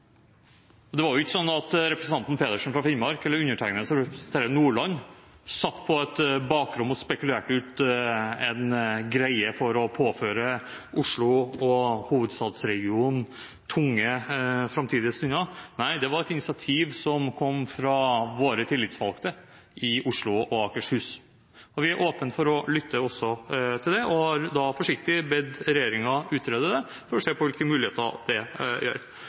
sånn at representanten Pedersen fra Finnmark eller undertegnede som representerer Nordland, satt på et bakrom og spekulerte ut en «greie» for å påføre Oslo og hovedstadsregionen tunge framtidige stunder. Nei, det var et initiativ som kom fra våre tillitsvalgte i Oslo og Akershus. Vi er åpne for å lytte også til det og har da forsiktig bedt regjeringen utrede det for å se på hvilke muligheter det